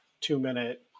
two-minute